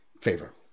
favor